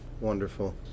wonderful